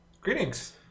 greetings